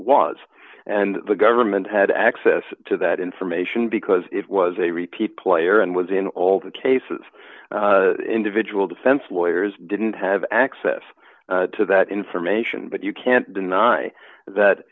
was and the government had access to that information because it was a repeat player and was in all the cases individual defense lawyers didn't have access to that information but you can't deny that